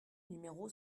numéro